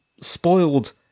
spoiled